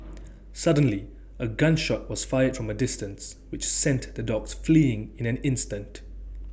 suddenly A gun shot was fired from A distance which sent the dogs fleeing in an instant